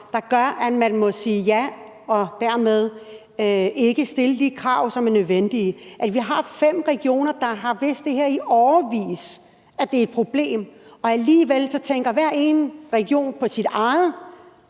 der gør, at man må sige ja og dermed ikke stiller de krav, som er nødvendige? Vi har fem regioner, der i årevis har vidst, at det her er et problem, og alligevel tænker hver region på sit eget